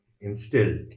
instilled